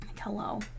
Hello